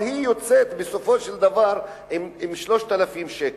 אבל היא יוצאת בסופו של דבר עם 3,000 שקל.